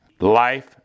Life